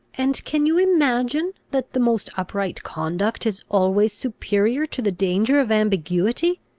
and can you imagine, that the most upright conduct is always superior to the danger of ambiguity?